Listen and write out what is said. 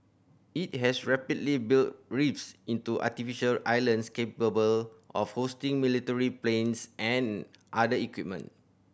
it has rapidly built reefs into artificial islands capable of hosting military planes and other equipment